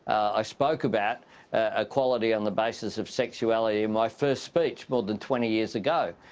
i spoke about ah equality on the basis of sexuality in my first speech more than twenty years ago.